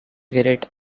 great